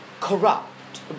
corrupt